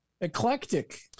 eclectic